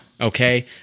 Okay